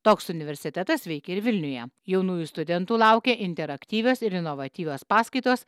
toks universitetas veikia ir vilniuje jaunųjų studentų laukia interaktyvios ir inovatyvios paskaitos